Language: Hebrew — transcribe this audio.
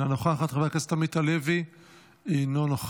אינה נוכחת,